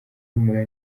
y’umura